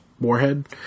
Warhead